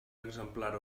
exemplar